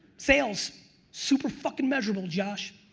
sales super fuckin' measurable, josh.